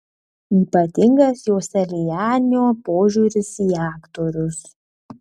ypatingas joselianio požiūris į aktorius